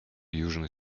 южный